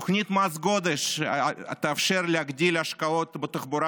תוכנית מס הגודש תאפשר להגדיל השקעות בתחבורה